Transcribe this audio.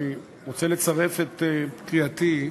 אני רוצה לצרף את קריאתי,